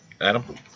Adam